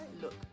look